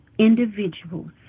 individuals